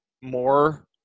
more